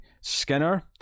Skinner